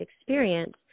experience